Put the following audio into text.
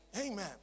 Amen